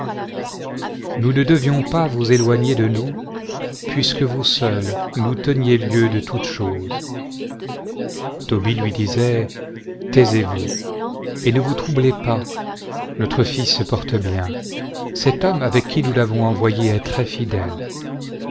nous ne devions pas vous éloigner de nous puisque vous seul nous teniez lieu de toutes choses tobie lui disait taisez-vous et ne vous troublez pas notre fils se porte bien cet homme avec qui nous l'avons envoyé est